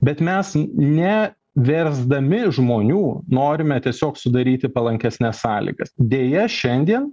bet mes ne versdami žmonių norime tiesiog sudaryti palankesnes sąlygas deja šiandien